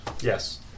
Yes